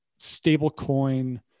stablecoin